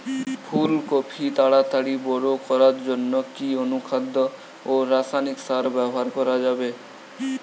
ফুল কপি তাড়াতাড়ি বড় করার জন্য কি অনুখাদ্য ও রাসায়নিক সার ব্যবহার করা যাবে?